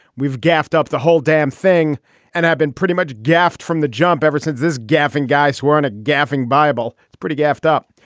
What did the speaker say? we've gassed up the whole damn thing and have been pretty much gaffes from the jump ever since this gaffe and guys were on a gathering bible pretty gaffe up.